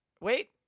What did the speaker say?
wait